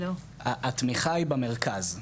התמיכה היא במרכז.